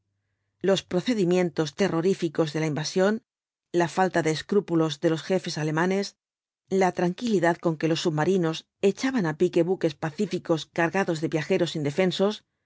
los procedimientos terroríficos de la invasión la falta de escrúpulos de los jefes alemanes la tranquilidad con que los submarinos echaban á pique buques pacíficos cargados de viajeros indefensos